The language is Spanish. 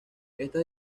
estas